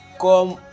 Come